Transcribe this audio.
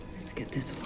let's get this